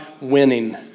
winning